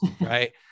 Right